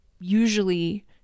usually